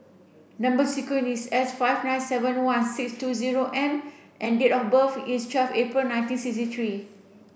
number sequence is S five nine seven one six two zero M and date of birth is twelve April nineteen sixty three